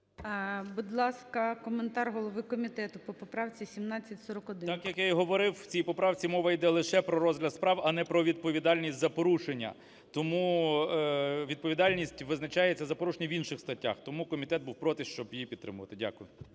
Будь ласка, коментар голови комітету по поправці 1741. 13:03:39 КНЯЖИЦЬКИЙ М.Л. Так, як я і говорив, в цій поправці мова йде лише про розгляд справ, а не про відповідальність за порушення. Тому відповідальність визначається, за порушення, в інших статтях, тому комітет був проти, щоб її підтримувати. Дякую.